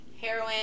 heroin